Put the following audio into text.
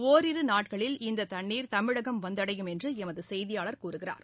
ஒரிரு நாட்களில் இந்த தண்ணீர் தமிழகம் வந்தடையும் என்று எமது செய்தியாளர் கூறுகிறார்